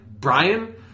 Brian